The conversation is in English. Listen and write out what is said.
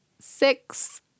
Six